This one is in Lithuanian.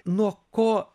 nuo ko